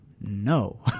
no